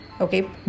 okay